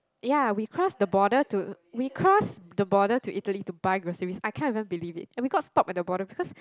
ya we cross the border to we cross the border to Italy to buy groceries I cannot even believe it and we got stopped at the border because